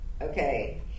Okay